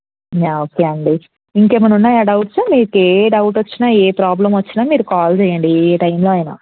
yeah okay అండి ఇంకేమైనా ఉన్నాయా డౌట్సు మీకు ఏ డౌట్ వచ్చినా ఏ ప్రోబ్లమ్ వచ్చినా మీరు కాల్ చెయ్యండి ఏ టైంలో అయినా